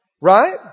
Right